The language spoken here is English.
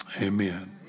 Amen